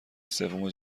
سوم